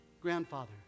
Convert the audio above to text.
grandfather